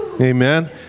Amen